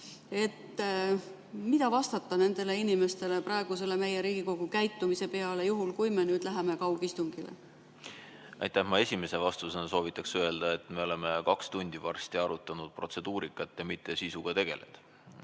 Mida vastata nendele inimestele praegu meie Riigikogu käitumise kohta, juhul kui me nüüd läheme kaugistungile? Aitäh! Ma esimese vastusena soovitan öelda, et me oleme varsti kaks tundi arutanud protseduurikat ja mitte sisuga tegelenud.